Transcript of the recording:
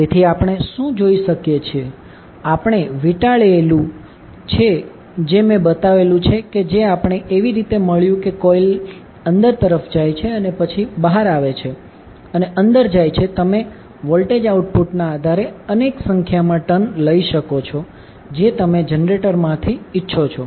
તેથી આપણે શુ જોઇ શકીએ છીએ આપણે વીટાળેલુ છે જે મેં બતાવેલુ છે કે જે આપણને એવી રીતે મળ્યુ કે કોઇલ અંદર તરફ જાય છે અને પછી બહાર આવે છે અને અંદર જાય છે તમે વોલ્ટેજ આઉટપુટના આધારે અનેક સંખ્યામાં ટર્ન લઈ શકો છો જે તમે જનરેટર માંથી ઇચ્છો છો